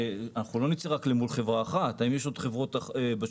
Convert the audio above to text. הרי לא נצא רק למול חברה אחת האם יש עוד חברות בשוק.